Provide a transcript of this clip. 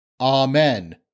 Amen